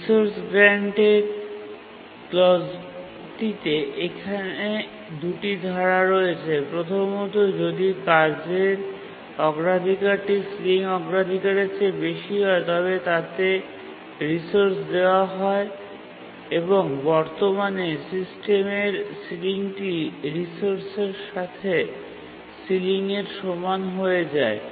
resource গ্রান্টের ক্লজটিতে এখানে দুটি ধারা রয়েছে প্রথমত যদি কাজের অগ্রাধিকারটি সিলিং অগ্রাধিকারের চেয়ে বেশি হয় তবে তাতে রিসোর্স দেওয়া হয় এবং বর্তমান সিস্টেমের সিলিংটি রিসোর্স সাথে সিলিংয়ের সমান হয়ে যায়